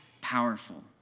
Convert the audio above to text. powerful